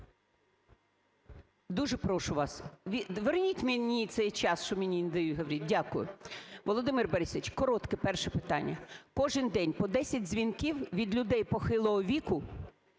Дуже прошу вас, верніть мені цей час, що мені не дають говорити. Дякую. Володимире Борисовичу, коротке перше питання. Кожен день по десять дзвінків від людей похилого віку,